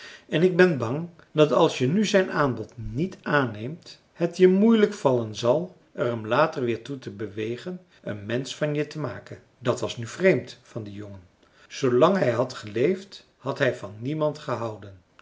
en ik ben bang dat als je nu zijn aanbod niet aanneemt het je moeilijk vallen zal er hem later weer toe te bewegen een mensch van je te maken dat was nu vreemd van dien jongen zoolang hij had geleefd had hij van niemand gehouden